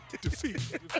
Defeat